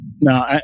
No